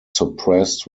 suppressed